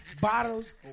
bottles